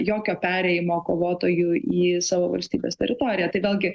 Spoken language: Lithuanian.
jokio perėjimo kovotojų į savo valstybės teritoriją tai vėlgi